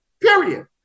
period